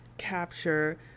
capture